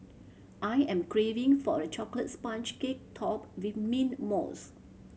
I am craving for a chocolate sponge cake topped with mint mousse